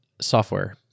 software